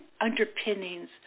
underpinnings